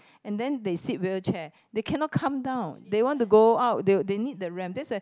and then they sit wheelchair they cannot come down they want to go out they they need the ramp that's a